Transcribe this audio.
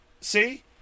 See